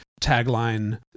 tagline